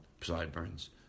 Sideburns